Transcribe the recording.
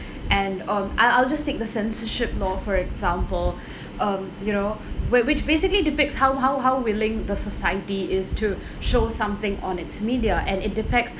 and um I'll I'll just take the censorship law for example um you know where which basically depicts how how how willing the society is to show something on its media and it depends